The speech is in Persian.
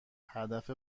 هدف